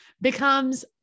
becomes